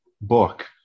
book